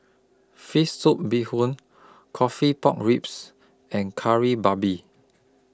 Fish Soup Bee Hoon Coffee Pork Ribs and Kari Babi